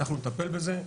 אנחנו נטפל בזה.